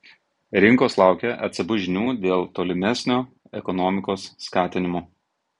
rinkos laukia ecb žinių dėl tolimesnio ekonomikos skatinimo